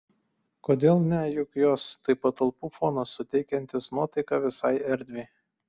kodėl ne juk jos tai patalpų fonas suteikiantis nuotaiką visai erdvei